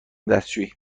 دستشویی